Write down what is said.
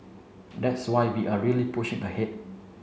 that's why we are really pushing ahead